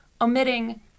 omitting